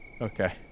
Okay